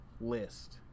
list